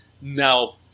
Now